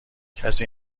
کسی